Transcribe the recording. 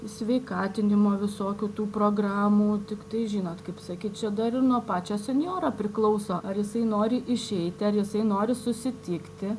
sveikatinimo visokių tų programų tiktai žinot kaip sakyt čia dar ir nuo pačio senjoro priklauso ar jisai nori išeiti ar jisai nori susitikti